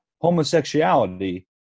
Homosexuality